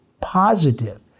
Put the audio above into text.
positive